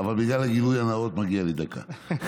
אבל בגלל הגילוי הנאות מגיעה לי דקה.